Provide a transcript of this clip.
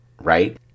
right